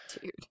dude